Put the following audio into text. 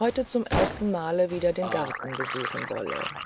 heute zum ersten male wieder den garten besuchen wolle